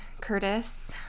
Curtis